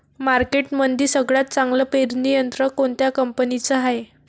मार्केटमंदी सगळ्यात चांगलं पेरणी यंत्र कोनत्या कंपनीचं हाये?